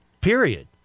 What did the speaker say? period